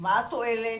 מה התועלת,